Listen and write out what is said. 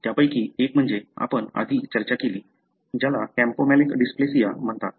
त्यापैकी एक म्हणजे आपण आधी चर्चा केली ज्याला कॅम्पोमॅलिक डिस्प्लेसिया म्हणतात